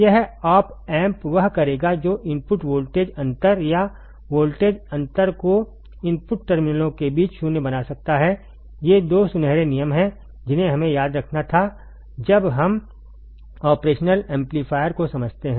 यह op -amp वह करेगा जो इनपुट वोल्टेज अंतर या वोल्टेज अंतर को इनपुट टर्मिनलों के बीच शून्य बना सकता है ये दो सुनहरे नियम हैं जिन्हें हमें याद रखना था जब हम ऑपरेशनल एम्पलीफायर को समझते हैं